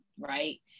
Right